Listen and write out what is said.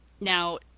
Now